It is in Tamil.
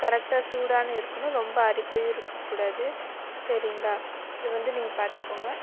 கரெக்ட்டாக சூடாக இருக்கணும் ரொம்ப ஆறிப்போயி இருக்க கூடாது சரிங்களா இதை வந்து நீங்கள் பார்த்துக்கோங்க